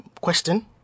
question